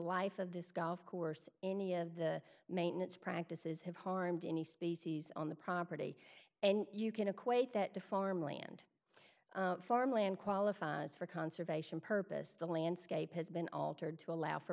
life of this golf course any of the maintenance practices have harmed any species on the property and you can equate that to farm land farm land qualifies for conservation purpose the landscape has been altered to allow for